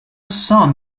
son